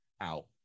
out